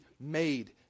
made